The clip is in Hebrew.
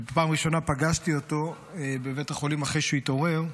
בפעם הראשונה פגשתי אותו בבית החולים אחרי שהוא התעורר.